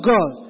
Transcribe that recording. God